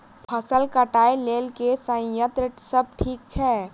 फसल कटाई लेल केँ संयंत्र सब नीक छै?